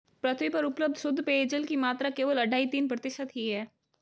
पृथ्वी पर उपलब्ध शुद्ध पेजयल की मात्रा केवल अढ़ाई तीन प्रतिशत ही है